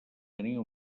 tenia